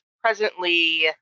presently